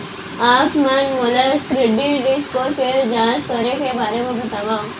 आप मन मोला क्रेडिट स्कोर के जाँच करे के बारे म बतावव?